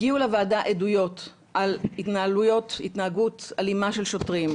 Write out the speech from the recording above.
הגיעו לוועדה עדויות על התנהגות אלימה של שוטרים,